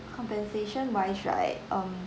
compensation wise right um